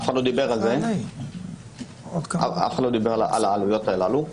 אף אחד לא דיבר על זה, על העלויות הללו.